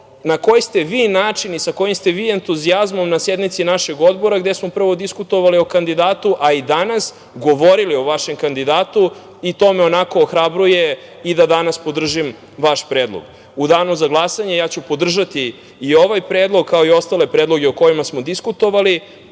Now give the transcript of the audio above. na koji ste vi način i sa kojim ste vi entuzijazmom na sednici našeg odbora gde smo prvo diskutovali o kandidatu, a i danas govorili o vašem kandidatu i to me ohrabruje da i danas podržim vaš predlog.U danu za glasanje, ja ću podržati i ovaj predlog kao i sve ostale predloge o kojima smo diskutovali